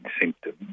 symptoms